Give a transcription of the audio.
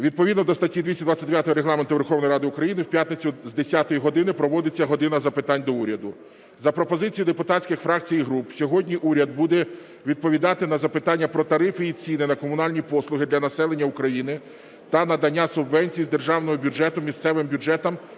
Відповідно до статті 229 Регламенту Верховної Ради України в п'ятницю з 10 години проводиться "година запитань до Уряду". За пропозицією депутатських фракцій і груп сьогодні уряд буде відповідати на запитання про тарифи і ціни на комунальні послуги для населення України та надання субвенцій з державного бюджету місцевим бюджетам